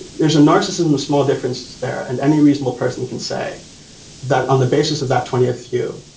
there's a narcissism of small differences there. and any reasonable person can say that on the basis of that twentieth you.